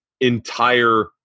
entire